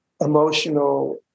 emotional